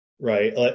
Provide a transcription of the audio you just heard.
Right